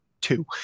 two